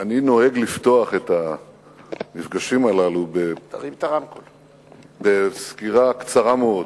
אני נוהג לפתוח את המפגשים הללו בסקירה קצרה מאוד